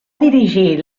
dirigir